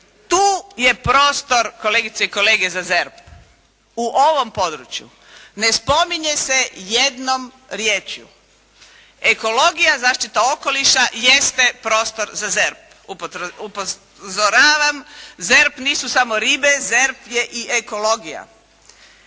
Tu je prostor, kolegice i kolege za ZERP. U ovom području. Ne spominje se jednom riječju. Ekologija, zaštita okoliša jeste prostor za ZERP. Upozoravam, ZERP nisu samo ribe, ZERP je i ekologija.